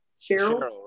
Cheryl